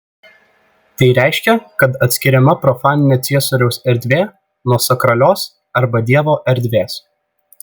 tai reiškia kad atskiriama profaninė ciesoriaus erdvė nuo sakralios arba dievo erdvės